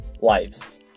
lives